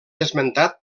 esmentat